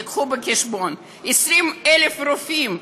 תביאו בחשבון, 20,000 רופאים.